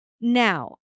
Now